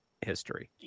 history